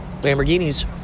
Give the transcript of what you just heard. Lamborghinis